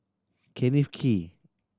Kenneth Kee